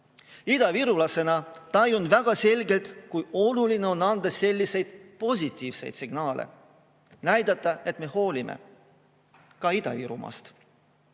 Idavirulasena tajun väga selgelt, kui oluline on anda selliseid positiivseid signaale, näidata, et me hoolime ka Ida-Virumaast. Jah,